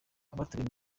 abateguye